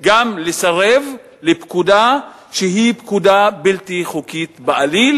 גם לסרב לפקודה שהיא פקודה בלתי חוקית בעליל,